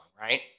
right